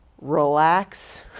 relax